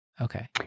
Okay